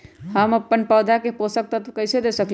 हम अपन पौधा के पोषक तत्व कैसे दे सकली ह?